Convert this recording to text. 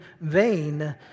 vain